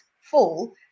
fall